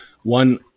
One